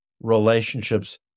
relationships